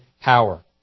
power